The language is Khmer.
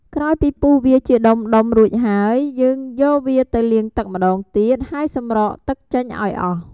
ក្រោយពីពុះវាជាដុំៗរួចហើយ យើងយកវាទៅលាងទឹកម្ដងទៀត ហើយសម្រក់ទឹកចេញឱ្យអស់។